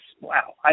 wow